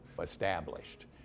established